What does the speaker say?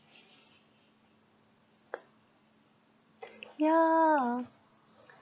yeah